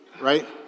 right